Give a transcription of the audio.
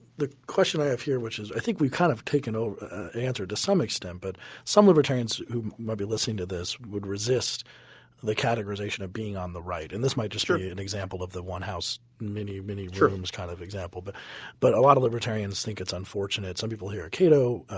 the question i have here which is i think we've kind of taken ah answered this to some extent but some libertarians who might be listening to this would resist the categorization of being on the right and this might just be an example of the one-house, mini mini rooms, kind of example. but but a lot of libertarians think it's unfortunate. some people here at cato,